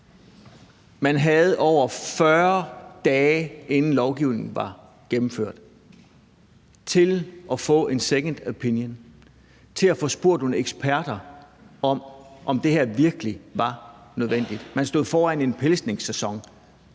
Man havde over 40 dage, inden lovgivningen var gennemført, til at få en second opinion, til at få spurgt nogle eksperter om, om det her virkelig var nødvendigt. Man stod foran en pelsningssæson,